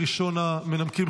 ראשון המנמקים,